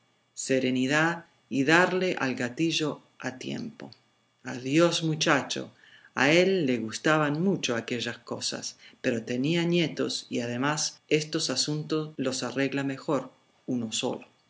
serenidad y darle al gatillo a tiempo adiós muchacho a él le gustaban mucho aquellas cosas pero tenía nietos y además estos asuntos los arregla mejor uno sólo